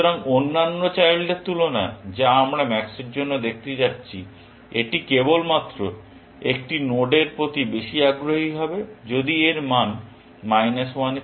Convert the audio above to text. সুতরাং অন্যান্য চাইল্ডদের তুলনায় যা আমরা ম্যাক্সের জন্য দেখতে যাচ্ছি এটি কেবলমাত্র একটি নোডের প্রতি বেশি আগ্রহী হবে যদি এর মান মাইনাস 1 এর চেয়ে বেশি হয়